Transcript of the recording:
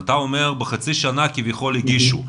אתה אומר שבחצי שנה כביכול הגישו,